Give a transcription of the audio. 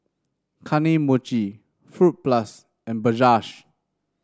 Kane Mochi Fruit Plus and Bajaj